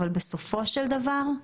אבל בסופו של דבר,